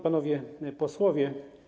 Panowie Posłowie!